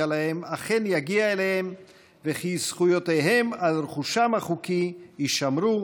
להם אכן יגיע אליהם ושזכויותיהם על רכושם החוקי יישמרו,